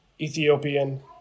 Ethiopian